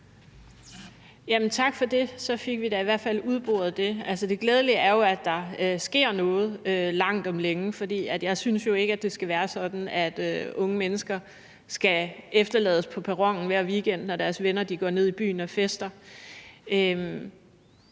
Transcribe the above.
Tak for det. Så fik vi i da i hvert fald udboret det. Altså, det glædelige er jo, at der sker noget langt om længe, for jeg synes jo ikke, at det skal være sådan, at unge mennesker skal efterlades på perronen hver weekend, når deres venner går ned i byen og fester.